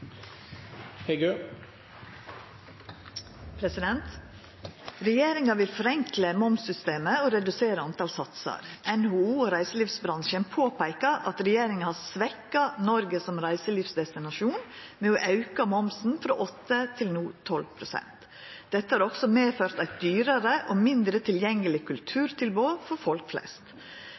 vil forenkle mva.-systemet og redusere antall satsar. NHO og reiselivsbransjen påpeikar at regjeringa har svekka Noreg som reiselivsdestinasjon med å auke mva. frå 8 til 12 pst. Dette har også medført eit dyrare og mindre tilgjengeleg kulturtilbod for folk flest.